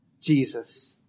jesus